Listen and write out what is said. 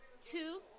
two